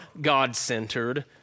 God-centered